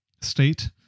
State